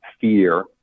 fear